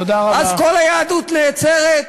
אז כל היהדות נעצרת,